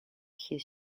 his